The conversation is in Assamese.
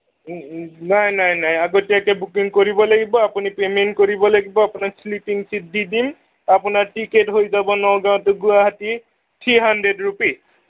নাই নাই নাই আগতীয়াকৈ বুকিং কৰিব লাগিব আপুনি পে'মেণ্ট কৰিব লাগিব আপোনাক শ্লিপিং চিট দি দিম আপোনাৰ টিকেট হৈ যাব Nagaon to Guwahati three hundred rupee